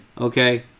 Okay